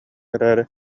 эрээри